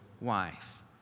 wife